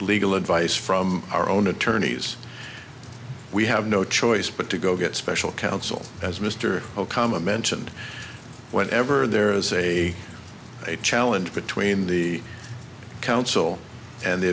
legal advice from our own attorneys we have no choice but to go get special counsel as mr okama mentioned whenever there is a challenge between the counsel and the